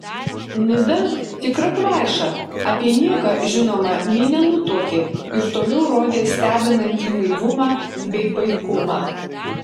nida tikra kvaiša apie nieką žinoma nė nenutuokė ir toliau rodė stebinantį naivumą bei paikumą